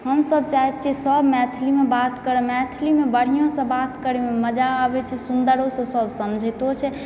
हमसब चाहै छियै सब मैथिलीमे बात करय मैथिली मे बढिऑं सऽ बात करैमे मजा आबै छै सुन्दरो सऽ सब समझैतो छै